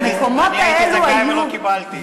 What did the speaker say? המקומות האלה היו --- אני הייתי זכאי ולא קיבלתי,